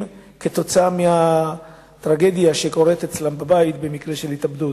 כתוצאה מהטרגדיה שקורית אצלם בבית במקרה של ההתאבדות.